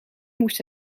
moest